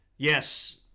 Yes